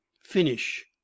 finish